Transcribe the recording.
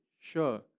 sure